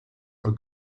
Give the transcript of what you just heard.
are